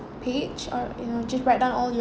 page or you know just write down all yo~